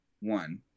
one